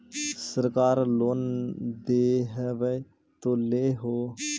सरकार लोन दे हबै तो ले हो?